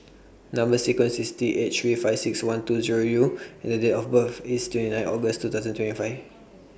Number sequence IS T eight three five six one two Zero U and The Date of birth IS twenty nine August two thousand twenty five